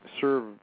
serve